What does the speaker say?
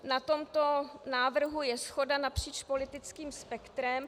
Na tomto návrhu je shoda napříč politickým spektrem.